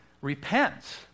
repents